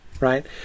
Right